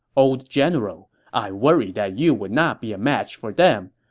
old general, i worry that you would not be a match for them.